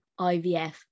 IVF